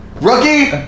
Rookie